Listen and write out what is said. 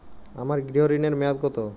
আমার গৃহ ঋণের মেয়াদ কত?